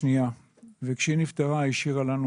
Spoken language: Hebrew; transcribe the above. כשהיא נפטרה השאירה לנו